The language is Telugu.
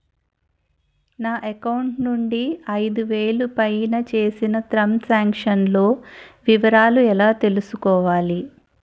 నా అకౌంట్ నుండి ఐదు వేలు పైన చేసిన త్రం సాంక్షన్ లో వివరాలు ఎలా తెలుసుకోవాలి?